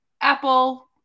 Apple